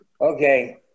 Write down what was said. Okay